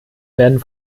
werden